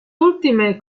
ultime